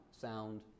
sound